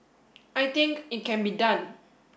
I think it can be done